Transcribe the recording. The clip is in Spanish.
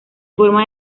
forma